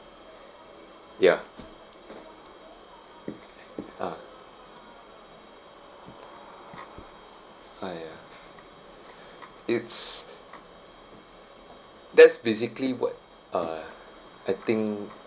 ya ah ah ya it's that's basically what uh I think